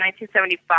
1975